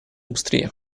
быстрее